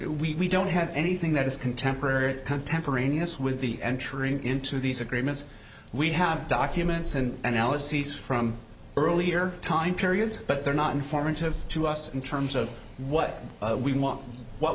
we don't have anything that is contemporary contemporaneous with the entering into these agreements we have documents and analyses from earlier time periods but they're not informative to us in terms of what we w